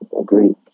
Agree